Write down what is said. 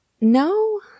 No